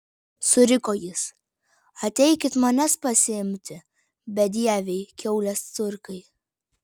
suriko jis ateikit manęs pasiimti bedieviai kiaulės turkai